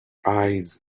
eyes